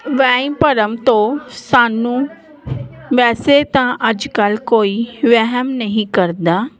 ਵਹਿਮ ਭਰਮ ਤੋਂ ਸਾਨੂੰ ਵੈਸੇ ਤਾਂ ਅੱਜ ਕੱਲ੍ਹ ਕੋਈ ਵਹਿਮ ਨਹੀਂ ਕਰਦਾ